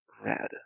Red